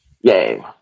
Yay